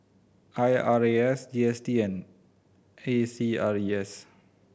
I R A S G S T and A C R E S